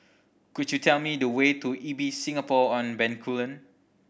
could you tell me the way to Ibis Singapore On Bencoolen